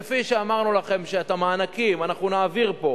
כפי שאמרנו לכם שאת המענקים אנחנו נעביר פה,